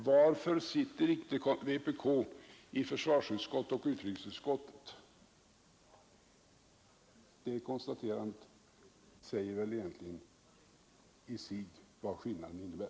Vpk har inga platser i försvarsutskottet och utrikesutskottet. Det konstaterandet säger väl i sig självt vari skillnaden ligger.